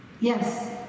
Yes